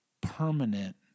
permanent